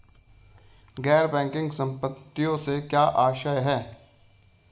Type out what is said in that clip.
गैर बैंकिंग संपत्तियों से क्या आशय है?